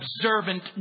observant